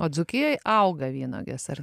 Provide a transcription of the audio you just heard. o dzūkijoj auga vynuogės ar